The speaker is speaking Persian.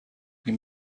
این